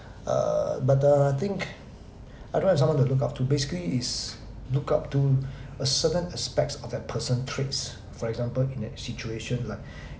uh but the I think I don't have someone to look up to basically is look up to a certain aspects of that person traits for example in a situation like